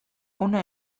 hona